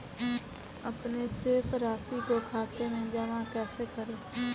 अपने शेष राशि को खाते में जमा कैसे करें?